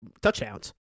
touchdowns